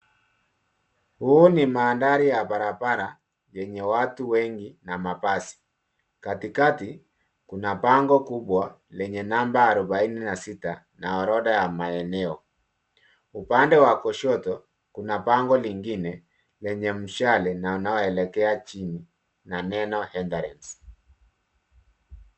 Huu ni mandhari ya barabara yenye watu wengi na mabasi. Katikati kuna bango kubwa lenye namba arubaini na sita na orodha ya maeneo. Upande wa kushoto kuna bango lingine lenye mshale na unao elekea chini na neno (cs) entrance (cs).